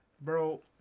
Bro